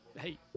hey